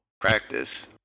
practice